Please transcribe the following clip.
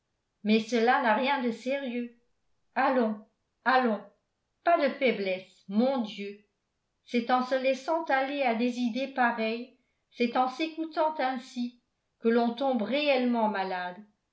mais cela n'a rien de sérieux allons allons pas de faiblesse mon dieu c'est en se laissant aller à des idées pareilles c'est en s'écoutant ainsi que l'on tombe réellement malade